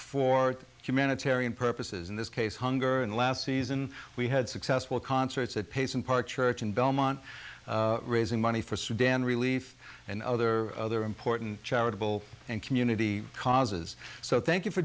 for humanitarian purposes in this case hunger and last season we had successful concerts at pase and park church in belmont raising money for sudan relief and other other important charitable and community causes thank you for